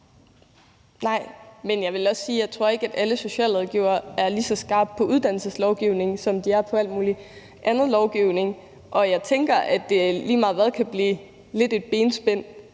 Nej, men jeg vil også sige, at jeg ikke tror, at alle socialrådgivere er lige så skarpe på uddannelseslovgivningen, som de er på al mulig anden lovgivning. Jeg tænker, at det lige meget hvad kan blive lidt et benspænd.